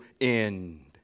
end